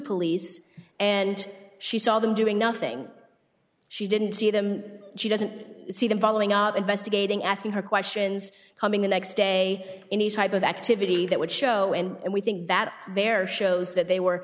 police and she saw them doing nothing she didn't see them she doesn't see them following up investigating asking her questions coming the next day any type of activity that would show and we think that their shows that they were